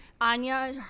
Anya